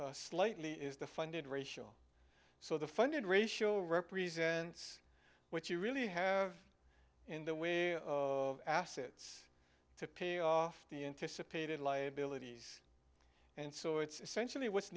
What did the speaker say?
slightly is the funded ratio so the funded ratio represents what you really have in the way of assets to pay off the anticipated liabilities and so it's essentially what's